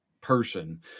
person